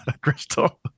crystal